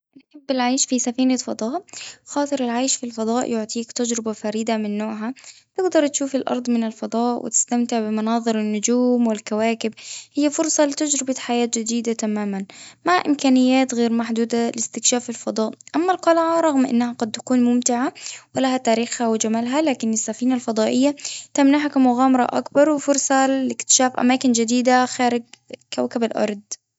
نحب العيش في سفينة فضاء خاطر العيش في الفضاء يعطيك تجربة فريدة من نوعها تقدر تشوف الأرض من الفضاء وتستمتع بمناظر النجوم والكواكب هي فرصة لتجربة حياة جديدة تمامًا مع إمكانيات غير محدودة لاستكشاف الفضاء، أما القلعة رغم إنها قد تكون ممتعة ولها وجمالها لكن السفينة الفضائية تمنحك مغامرة أكبر وفرصة لاكتشاف أماكن جديدة خارج كوكب الأرض.